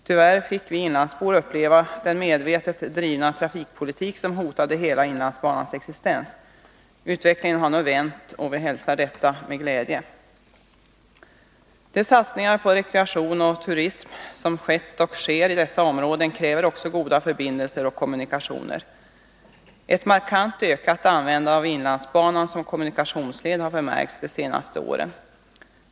Tyvärr fick vi inlandsbor uppleva den medvetet drivna trafikpolitik som hotade hela Inlandsbanans existens. Den utvecklingen har nu vänt, och vi hälsar detta med glädje. De satsningar på rekreation och turism i dessa områden som har skett och sker kräver också goda förbindelser och kommunikationer. Ett markant ökat användande av Inlandsbanan som kommunikationsled har förmärkts de senaste åren.